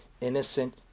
innocent